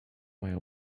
mają